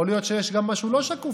יכול להיות שיש גם משהו לא שקוף,